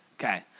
Okay